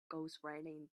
ghostwriting